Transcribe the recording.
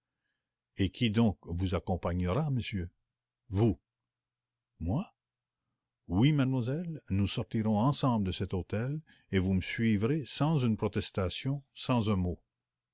et qui donc vous accompagnera monsieur vous moi oui mademoiselle nous sortirons ensemble de cet hôtel et vous me suivrez sans une protestation sans un mot